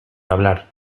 hablar